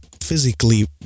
physically